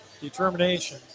determination